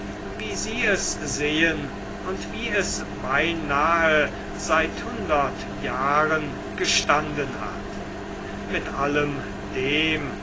wie sie es sehen und wie es beinahe seit hundert jahren gestanden hat mit allem dem